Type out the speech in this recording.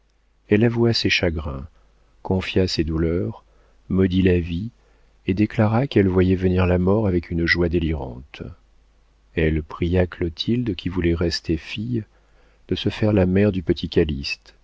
elle avoua ses chagrins confia ses douleurs maudit la vie et déclara qu'elle voyait venir la mort avec une joie délirante elle pria clotilde qui voulait rester fille de se faire la mère du